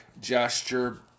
gesture